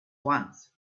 once